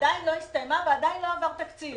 עדיין לא הסתיימה ועדיין לא עבר תקציב,